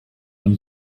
man